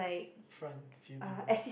front few people